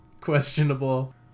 questionable